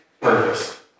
purpose